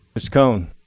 mr. cone.